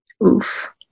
oof